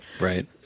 Right